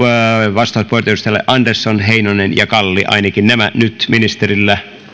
vastauspuheenvuorot edustajille andersson heinonen ja kalli ainakin nämä nyt ministerillä